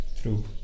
True